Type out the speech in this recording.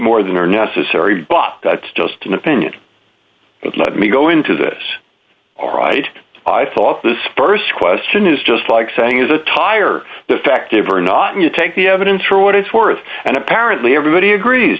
more than are necessary but that's just an opinion but let me go into this all right i thought this st question is just like saying is a tire the effect of or not you take the evidence for what it's worth and apparently